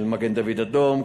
של מגן-דוד-אדום,